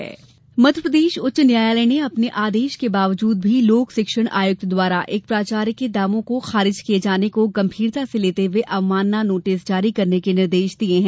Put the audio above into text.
अभ्यावेदन खारिज मध्यप्रदेश उच्च न्यायालय ने अपने आदेश के बावजूद भी लोक शिक्षण आयुक्त द्वारा एक प्राचार्य के दावे को खारिज किये जाने को गंभीरता से लेते हुए अवमानना नोटिस जारी करने के निर्देश दिए हैं